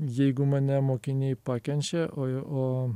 jeigu mane mokiniai pakenčia oi o